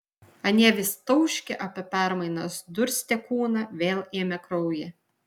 anie vis tauškė apie permainas durstė kūną vėl ėmė kraują